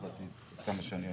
כהצעת חוק פרטית, עד כמה שאני יודע.